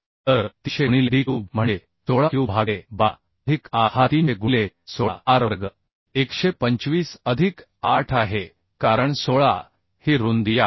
तर 300 गुणिले d cube म्हणजे 16क्यूब भागिले 12 अधिक a हा 300 गुणिले 16 R वर्ग 125 अधिक 8 आहे कारण 16 ही रुंदी आहे